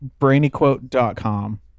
brainyquote.com